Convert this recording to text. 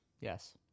yes